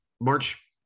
march